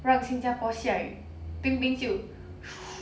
让新加坡下雨冰冰就